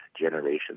generation